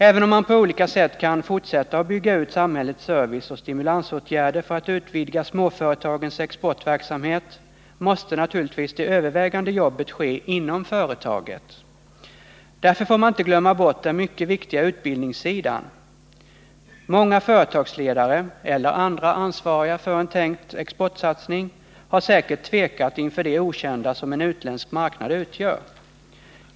Även om man på olika sätt kan fortsätta att bygga ut samhällets serviceoch stimulansåtgärder för att utvidga småföretagens exportverksamhet, måste naturligtvis det övervägande jobbet ske inom företaget. Därför får man inte glömma bort den mycket viktiga utbildningssidan. Många företagsledare, eller andra ansvariga för en tänkt exportsatsning, har säkert tvekat inför det okända som en utländsk marknad utgör.